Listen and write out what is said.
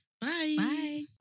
Bye